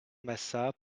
massat